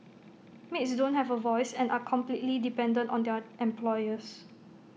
maids don't have A voice and are completely dependent on their employers